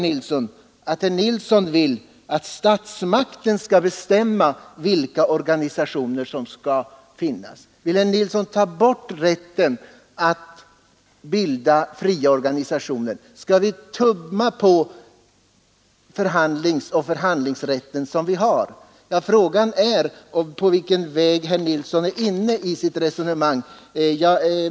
Vill herr Nilsson att statsmakten skall bestämma vilka organisationer som skall finnas? Vill herr Nilsson ta bort rätten att bilda fria organisationer? Skall vi tumma på den föreningsoch förhandlingsrätt som vi har? Frågan är vilken väg herr Nilsson är inne på i sitt resonemang.